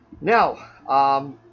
Now